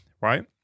right